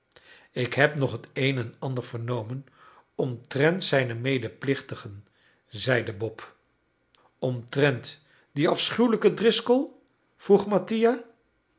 ik heb nog t een en ander vernomen omtrent zijne medeplichtigen zeide bob omtrent dien afschuwelijken driscoll vroeg